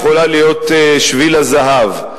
יכולה להיות שביל הזהב.